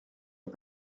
aux